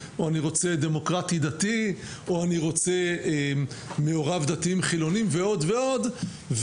או אני רוצה דמוקרטי-דתי או אני רוצה מעורב דתיים-חילונים" ועוד ועוד,